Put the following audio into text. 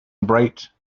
bright